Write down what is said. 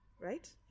right